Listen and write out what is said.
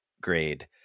grade